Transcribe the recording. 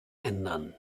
ändern